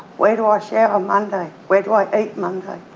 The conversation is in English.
where do i shower ah monday, where do i eat monday,